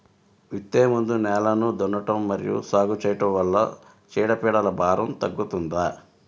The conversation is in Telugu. విత్తే ముందు నేలను దున్నడం మరియు సాగు చేయడం వల్ల చీడపీడల భారం తగ్గుతుందా?